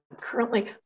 currently